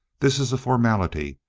this is a formality.